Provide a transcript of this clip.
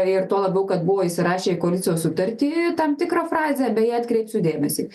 ir tuo labiau kad buvo įsirašę į koalicijos sutartį tam tikrą frazę beje atkreipsiu dėmesį